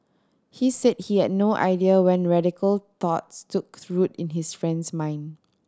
he said he had no idea when radical thoughts took root in his friend's mind